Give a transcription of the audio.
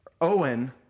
Owen